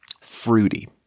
fruity